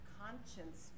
conscience